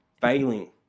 failing